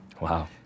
Wow